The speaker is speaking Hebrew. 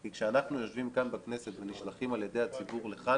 כי כשאנחנו יושבים כאן בכנסת ונשלחים על ידי הציבור לכאן,